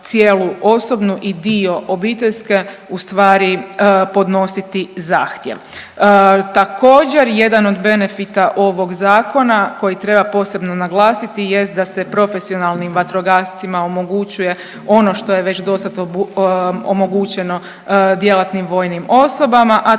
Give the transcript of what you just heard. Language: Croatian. cijelu osobnu i dio obiteljske ustvari podnositi zahtjev. Također jedan od benefita ovog zakona koji treba posebno naglasiti jest da se profesionalnim vatrogascima omogućuje ono što je već dosad omogućeno djelatnim vojnim osobama, a